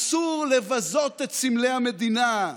אסור לבזות את סמלי המדינה.